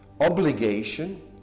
obligation